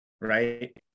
right